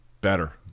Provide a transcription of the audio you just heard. Better